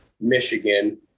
Michigan